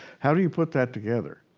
how do you put that together?